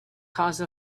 cause